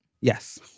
Yes